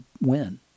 win